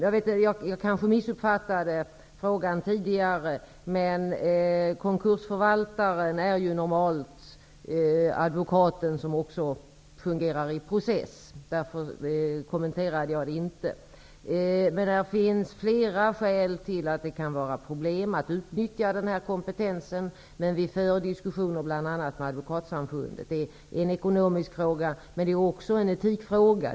Jag kanske missuppfattade frågan tidigare. Konkursförvaltaren är normalt en advokat som också fungerar i process. Därför kommenterade jag inte frågan. Det finns flera skäl till att det kan innebära problem att utnyttja den här kompetensen. Vi för diskussioner med bl.a. Advokatsamfundet. Det är en ekonomisk fråga, men det är också en etikfråga.